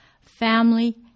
Family